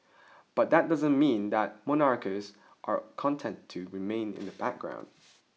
but that doesn't mean that monarchs are content to remain in the background